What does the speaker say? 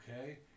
okay